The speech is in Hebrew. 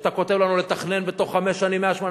ושאתה כותב לנו לתכנן בתוך חמש שנים 180,